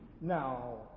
Now